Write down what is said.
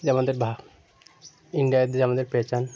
যেমন আমাদের ভ ইন্ডিয়াতে যেমনাদের পেহচান